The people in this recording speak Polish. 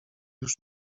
już